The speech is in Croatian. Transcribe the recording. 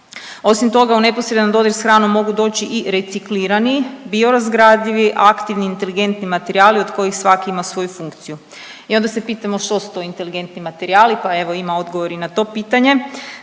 Osim toga u neposredan dodir s hranom mogu doći i reciklirani biorazgradivi aktivni inteligentni materijali od kojih svaki ima svoju funkciju. I onda se pitamo što su to inteligentni materijali, pa evo ima odgovor i na to pitanje.